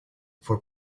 for